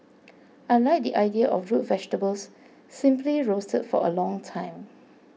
I like the idea of root vegetables simply roasted for a long time